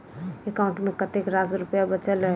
account मे कतेक रास रुपया बचल एई